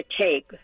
take